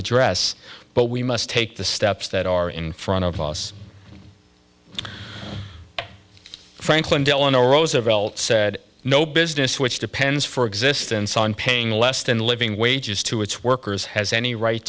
address but we must take the steps that are in front of us franklin delano roosevelt said no business which depends for existence on paying less than living wages to its workers has any right